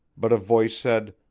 but a voice said,